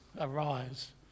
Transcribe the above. arise